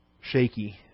shaky